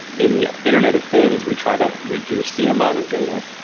in the internet of things, we try to reduce the amount of data.